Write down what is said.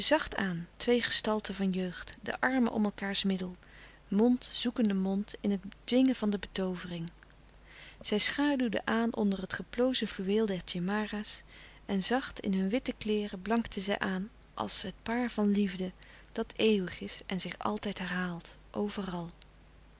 zacht aan twee gestalten van jeugd de armen om elkaârs middel mond zoekende mond in het dwingen van de betoovering zij schaduwden aan onder het geplozen fluweel der tjemara's en zacht in hun witte kleêren blankten zij aan als het paar van liefde dat eeuwig is en zich altijd herhaalt overal